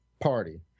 party